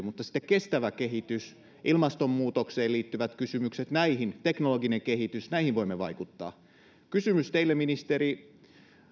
mutta sitten kestävä kehitys ilmastonmuutokseen liittyvät kysymykset teknologinen kehitys näihin voimme vaikuttaa kysymys teille ministeri